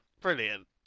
Brilliant